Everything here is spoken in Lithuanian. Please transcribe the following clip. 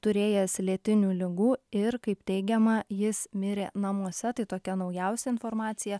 turėjęs lėtinių ligų ir kaip teigiama jis mirė namuose tai tokia naujausia informacija